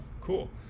Cool